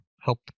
help